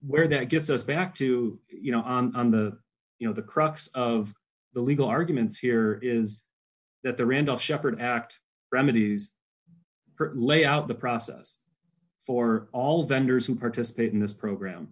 where that gets us back to you know on the you know the crux of the legal arguments here is that the randall shepard act remedies lay out the process for all vendors who participate in this program